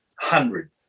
hundred